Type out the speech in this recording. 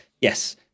yes